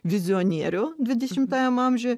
vizionierių dvidešimtajam amžiuj